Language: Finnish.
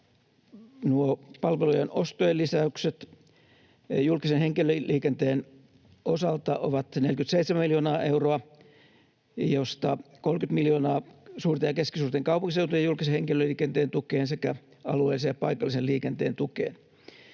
palvelujen ostojen lisäykset julkisen henkilöliikenteen osalta ovat 47 miljoonaa euroa, josta 30 miljoonaa suurten ja keskisuurten kaupunkiseutujen julkisen henkilöliikenteen tukeen sekä alueellisen ja paikallisen liikenteen tukeen.